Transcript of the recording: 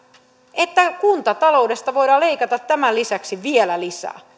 että kuntataloudesta voidaan leikata tämän lisäksi vielä lisää